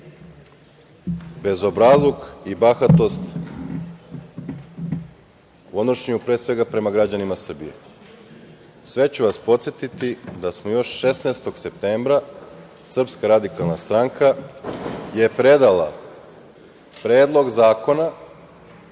bezobrazluk i bahatost u odnošenju, pre svega, prema građanima Srbije. Sve ću vas podsetiti da smo još 16. septembra, SRS je predala Predlog zakona